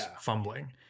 fumbling